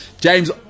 james